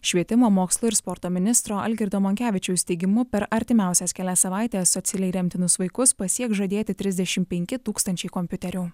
švietimo mokslo ir sporto ministro algirdo monkevičiaus teigimu per artimiausias kelias savaites socialiai remtinus vaikus pasieks žadėti trisdešimt penki tūkstančiai kompiuterių